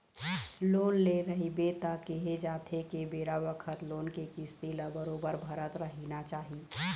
loan ले रहिबे त केहे जाथे के बेरा बखत लोन के किस्ती ल बरोबर भरत रहिना चाही